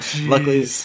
luckily